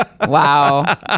Wow